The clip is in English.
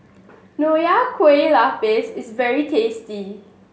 Nonya Kueh Lapis is very tasty